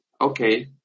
okay